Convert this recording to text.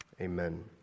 amen